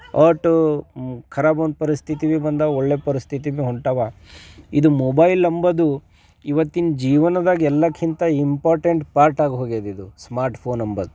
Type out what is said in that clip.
ಅಷ್ಟು ಖರಾಬಂದು ಪರಿಸ್ಥಿತಿವೆ ಬಂದಿವೆ ಒಳ್ಳೆ ಪರಿಸ್ಥಿತಿ ಭೀ ಹೊಂಟಿವೆ ಇದು ಮೊಬೈಲ್ ಅನ್ನೋದು ಇವತ್ತಿನ ಜೀವನದಾಗೆ ಎಲ್ಲಕ್ಕಿಂತ ಇಂಪಾರ್ಟೆಂಟ್ ಪಾರ್ಟಾಗಿ ಹೋಗಿದೆ ಇದು ಸ್ಮಾರ್ಟ್ ಫೋನ್ ಅನ್ನೋದು